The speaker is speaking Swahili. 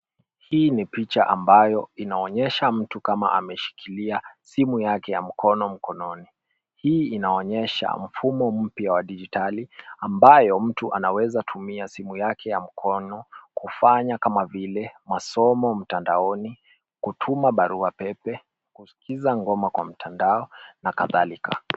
Hii ni picha ambayo inaonyesha mtu kama ameshikilia simu yake ya mkono mkononi. Hii inaonyesha mfumo mpya wa dijitali ambayo mtu anaweza kutumia simu yake ya mkono kufanya kama vile masomo mtandaoni, kutuma baruapepe, kuskiliza ngoma kwa mtandao na kadhalika.